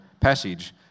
passage